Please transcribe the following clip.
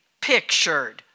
pictured